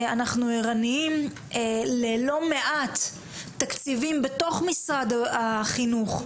אנחנו ערניים ללא מעט תקציבים בתוך משרד החינוך,